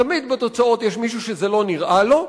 תמיד לפי התוצאות יש מישהו שזה לא נראה לו,